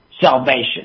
salvation